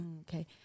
okay